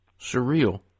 Surreal